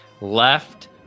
left